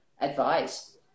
advice